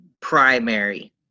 primary